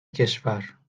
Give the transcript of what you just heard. کشور